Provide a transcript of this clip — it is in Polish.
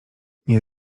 nie